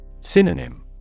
Synonym